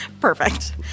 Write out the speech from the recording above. Perfect